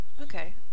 Okay